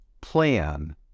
plan